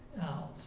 out